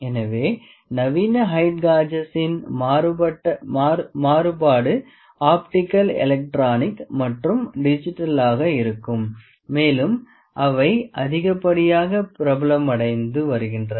எனவே நவீன ஹெயிட் காஜசின் மாறுபாடு ஆப்டிகல் எலக்ட்ரானிக் மற்றும் டிஜிட்டலாக இருக்கலாம் மேலும் அவை அதிகப்படியாக பிரபலமடைந்து வருகின்றன